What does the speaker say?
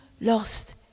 lost